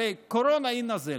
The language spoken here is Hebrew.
הרי קורונה היא נזלת.